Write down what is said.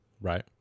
Right